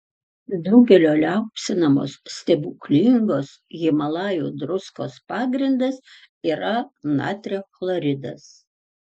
daugelio liaupsinamos stebuklingos himalajų druskos pagrindas yra natrio chloridas